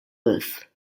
earth